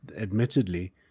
admittedly